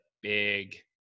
big